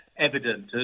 evident